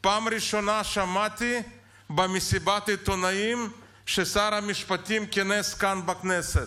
שמעתי בפעם הראשונה במסיבת העיתונאים ששר המשפטים כינס כאן בכנסת.